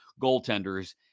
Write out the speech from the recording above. goaltenders